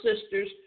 sisters